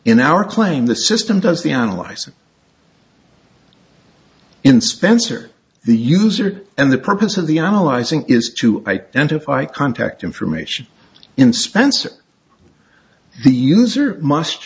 in our claim the system does the analyzing in spencer the user and the purpose of the analyzing is to identify contact information in spencer the user must